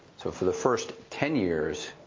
so for the first ten years,